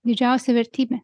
didžiausia vertybė